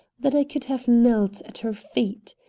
that i could have knelt at her feet.